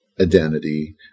identity